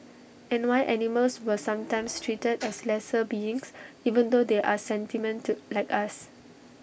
and why animals were sometimes treated as lesser beings even though they are like us